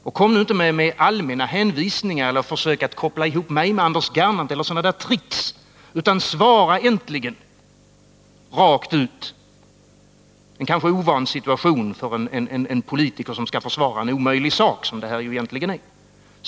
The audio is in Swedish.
Och kom nu inte med några hänvisningar eller försök att koppla ihop mig med Anders Gernandt eller några sådana tricks, utan svara äntligen rent ut — en kanske ovan situation för en politiker som skall försvara en omöjlig sak, som det här ju egentligen är.